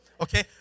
okay